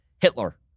Hitler